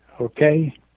okay